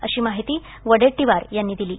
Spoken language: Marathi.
अशी माहिती वडेट्टीवार यांनी दिली आहे